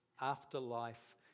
afterlife